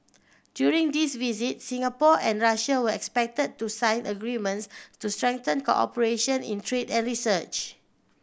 during this visit Singapore and Russia were expected to sign agreements to strengthen cooperation in trade and research